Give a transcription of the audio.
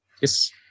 yes